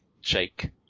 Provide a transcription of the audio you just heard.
shake